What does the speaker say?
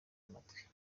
amatwi